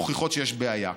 מוכיחות שיש בעיה.